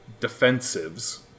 defensives